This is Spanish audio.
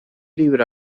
libro